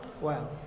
Wow